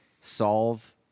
solve